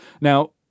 now